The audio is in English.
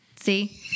See